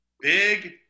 big